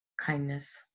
kindness